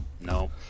No